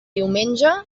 diumenge